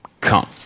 come